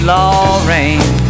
Lorraine